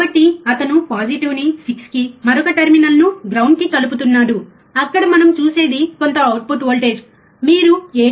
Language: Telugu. కాబట్టి అతను పాజిటివ్ను 6 కి మరొక టెర్మినల్ను గ్రౌండ్కి కలుపుతున్నాడు అక్కడ మనం చూసేది కొంత అవుట్పుట్ వోల్టేజ్ మీరు 7